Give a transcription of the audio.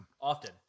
often